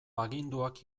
aginduak